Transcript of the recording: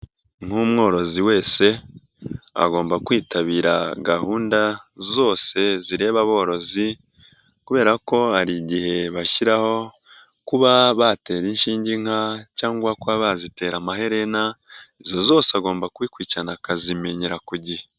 Nk'umworozi wese agomba kwitabira gahunda zose zireba aborozi, kubera ko hari igihe bashyiraho kuba batera inshiinge inka, cyangwa kuba bazitera amaherena, izo zose agomba kubikurikirana akazimenyera ku gihe.